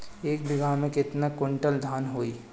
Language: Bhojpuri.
एक बीगहा में केतना कुंटल धान होई?